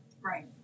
Right